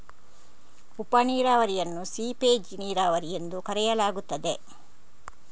ಉಪ ನೀರಾವರಿಯನ್ನು ಸೀಪೇಜ್ ನೀರಾವರಿ ಎಂದೂ ಕರೆಯಲಾಗುತ್ತದೆ